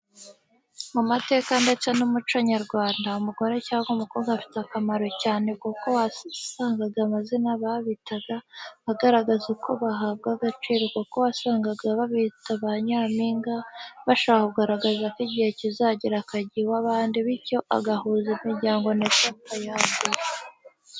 Mu mateka ndetse n'umuco w'Abanyarwanda, umugore cyangwa umukobwa afite akamaro cyane kuko wasangaga amazina babitaga agaragaza uko bahabwa agaciro kuko wasangaga babita ba nyampinga, bashaka kugaragaza ko igihe kizagera akajya iw'abandi bityo agahuza imiryango ndetse akayagura.